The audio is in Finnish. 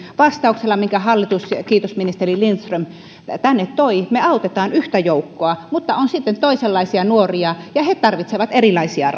vastauksella minkä hallitus kiitos ministeri lindström tänne toi me autamme yhtä joukkoa mutta on sitten toisenlaisia nuoria ja he tarvitsevat erilaisia